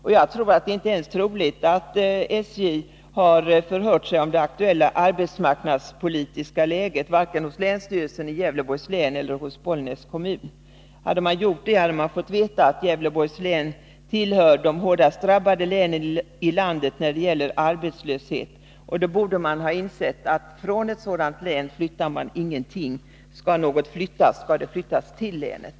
Det är inte troligt att SJ ens har förhört sig om det aktuella arbetsmarknadsläget, varken hos länsstyrelsen i Gävleborgs län eller hos Bollnäs kommun. Om man hade gjort det hade man fått veta att Gävleborgs län tillhör de hårdast drabbade länen i landet när det gäller arbetslöshet. Då skulle man ha insett att man från ett sådant län inte flyttar någonting. Skall något flyttas, skall det flyttas till länet.